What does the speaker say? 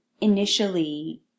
initially